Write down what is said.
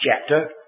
chapter